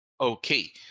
Okay